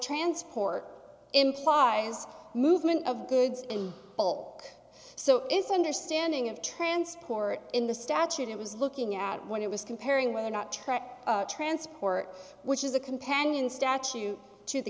transport implies movement of goods whole so it's understanding of transport in the statute it was looking at when it was comparing whether or not truck transport which is a companion statue to the